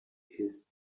his